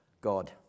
God